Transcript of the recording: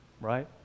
right